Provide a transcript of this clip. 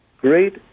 great